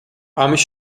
ამის